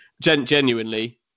Genuinely